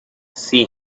see